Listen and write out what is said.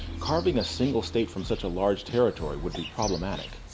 carving a single state from such a large territory would be problematic.